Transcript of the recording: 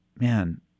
Man